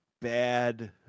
bad